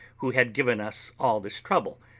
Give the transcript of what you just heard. who had given us all this trouble,